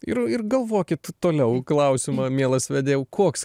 ir ir galvokit toliau klausimą mielas vedėjau koks